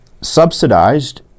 subsidized